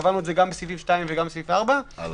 קבענו את זה גם בסעיף2 וגם בסעיף 4. הלאה.